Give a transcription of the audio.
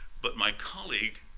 but my colleague